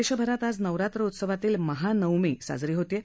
देशभरात आज नवरात्र उत्सवातील महानवमी साजरी होत आहे